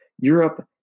Europe